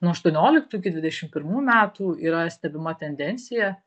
nuo aštuonioliktų iki dvidešim pirmų metų yra stebima tendencija